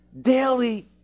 daily